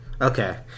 okay